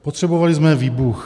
Potřebovali jsme výbuch.